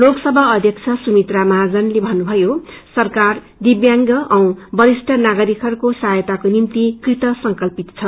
लोकसभा अध्यक्ष सुमित्रा महाजनले भन्नुभयो सरकार दिव्यांग अनि वरिष्ट नागरिकहरूको सहायताको निम्ति कृतसंकल्पित छ